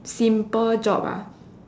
simple job ah